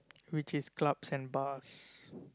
which is clubs and bars